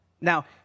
Now